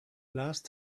last